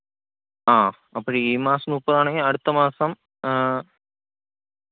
ആ അപ്പോഴേ ഈ മാസം മുപ്പതാണെങ്കിൽ അടുത്ത മാസം